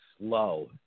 slow